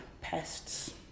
pests